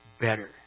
better